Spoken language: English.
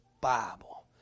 Bible